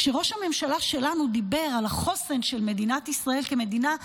כשראש הממשלה שלנו דיבר על החוסן של מדינת ישראל כמדינה,